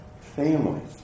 families